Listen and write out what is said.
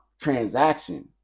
transaction